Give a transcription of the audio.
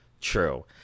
true